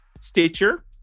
Stitcher